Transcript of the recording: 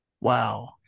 wow